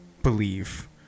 believe